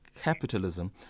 capitalism